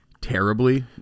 terribly